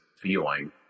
feeling